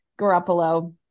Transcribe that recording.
Garoppolo